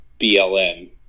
BLM